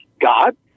God